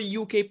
UK